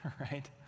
right